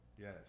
Yes